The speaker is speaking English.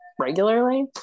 regularly